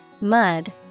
mud